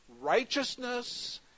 righteousness